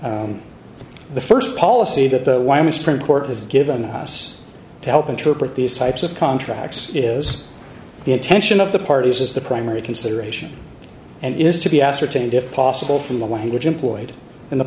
o the st policy that the y misprint court has given us to help interpret these types of contracts is the attention of the parties is the primary consideration and it is to be ascertained if possible from the language employed in the